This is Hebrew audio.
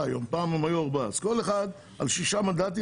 ופעם הם היו ארבעה על שישה מנדטים,